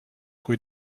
kui